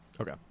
Okay